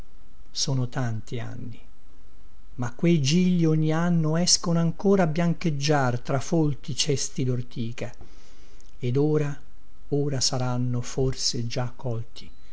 sono tanti anni ma quei gigli ogni anno escono ancora a biancheggiar tra folti cesti dortica ed ora ora saranno forse già còlti